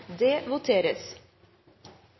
det